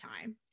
time